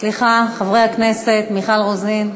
סליחה, חברי הכנסת, מיכל רוזין,